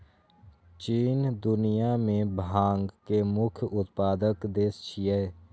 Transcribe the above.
चीन दुनिया मे भांग के मुख्य उत्पादक देश छियै